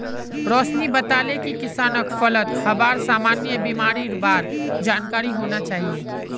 रोशिनी बताले कि किसानक फलत हबार सामान्य बीमारिर बार जानकारी होना चाहिए